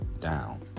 down